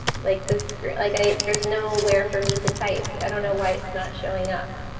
like this great like i there's nowhere for me to type. i don't know why it's not showing up.